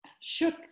shook